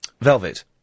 Velvet